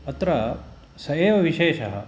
अत्र स एव विशेषः